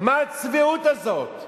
מה הצביעות הזאת?